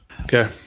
Okay